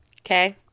Okay